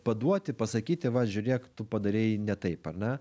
paduoti pasakyti va žiūrėk tu padarei ne taip ar ne